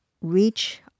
reach